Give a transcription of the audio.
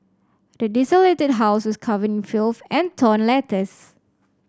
the desolated house was covered in filth and torn letters